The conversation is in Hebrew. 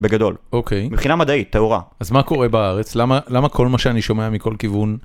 בגדול, מבחינה מדעית, טהורה. אז מה קורה בארץ? למה כל מה שאני שומע מכל כיוון...